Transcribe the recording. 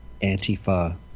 Antifa